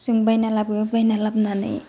जों बायना लाबो बायना लाबोनानै